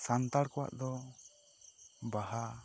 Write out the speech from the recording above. ᱥᱟᱱᱛᱟᱲ ᱠᱚᱣᱟᱜ ᱫᱚ ᱵᱟᱦᱟ